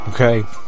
Okay